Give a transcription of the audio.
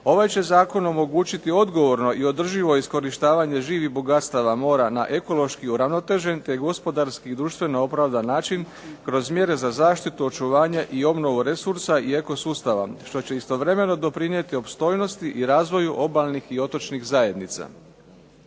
ovaj će zakon omogućiti odgovorno i održivo iskorištavanje živih bogatstava mora na ekološki uravnotežen te gospodarski i društveno opravdan način kroz mjere za zaštitu, očuvanje i obnovu resursa i eko sustava. Što će istovremeno doprinijeti opstojnosti i razvoju obalnih i otočnih zajednica.